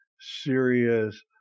serious